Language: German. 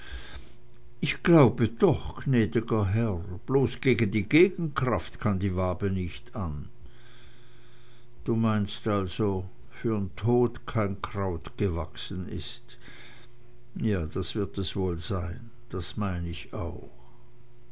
ich glaube doch gnäd'ger herr bloß gegen die gegenkraft kann die wabe nich an du meinst also für n tod kein kraut gewachsen ist ja das wird es wohl sein das mein ich auch